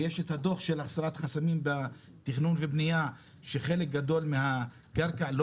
ויש את הדו"ח של הסרת חסמים בתכנון ובניה שחלק גדול מהקרקע לא